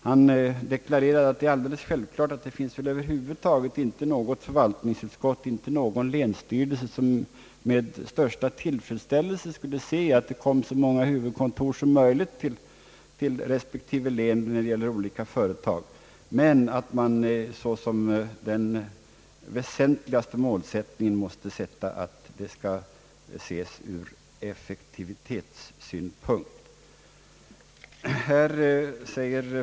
Han förklarade att det självfallet inte finns något förvaltningsutskott eller någon länsstyrelse, som inte med största tillfredsställelse skulle hälsa att så många huvudkontor som möjligt förläggs till respektive län när det gäller olika företag. Men han förklarade samtidigt att den väsentligaste målsättningen måste vara vad som är lämpligt ur effektivitetssynpunkt.